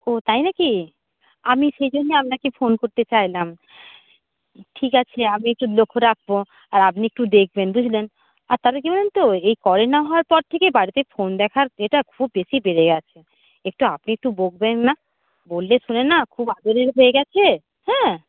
ও তাই নাকি আমি সে জন্যেই আপনাকে ফোন করতে চাইলাম ঠিক আছে আমি একটু লক্ষ্য রাখবো আর আপনি একটু দেখবেন বুঝলেন আর তাছাড়া কী বলুন তো এই করে না হওয়ার পর থেকে বাড়িতে ফোন দেখার এটা খুব বেশি বেড়ে গেছে একটু আপনি একটু বকবেন না বললে শোনে না খুব আদরের হয়ে গেছে হ্যাঁ